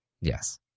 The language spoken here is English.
Yes